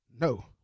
No